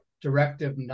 directive